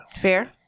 Fair